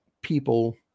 people